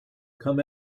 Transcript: come